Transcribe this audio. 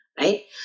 right